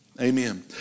Amen